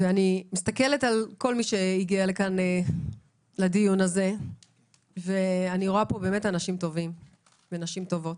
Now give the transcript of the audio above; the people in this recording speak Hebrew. אני מסתכלת על כל מי שהגיע לדיון הזה ורואה אנשים טובים ונשים טובות.